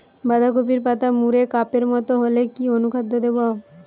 বাঁধাকপির পাতা মুড়ে কাপের মতো হলে কি অনুখাদ্য দেবো?